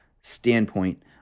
standpoint